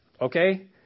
Okay